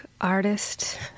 artist